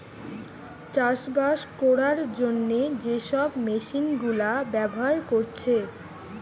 চাষবাস কোরার জন্যে যে সব মেশিন গুলা ব্যাভার কোরছে